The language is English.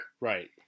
Right